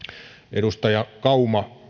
edustaja kauma